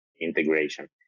integration